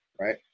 right